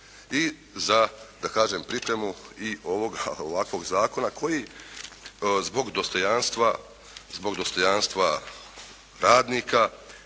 i za, da kažem pripremu i ovoga, ovakvog zakona koji zbog dostojanstva,